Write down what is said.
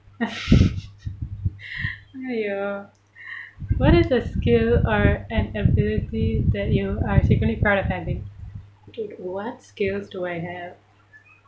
ya !aiyo! what is a skill or an ability that you are secretly proud of having okay what skills do I have